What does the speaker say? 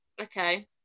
Okay